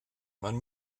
man